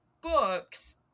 books